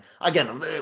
again